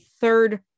third